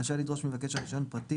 רשאי לבקש ממבקש הרישיון פרטים,